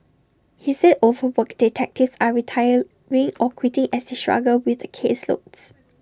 he said overworked detectives are retiring or quitting as they struggle with the caseloads